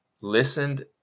listened